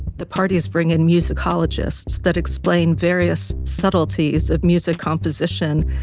the parties bring in musicologists that explain various subtleties of music composition,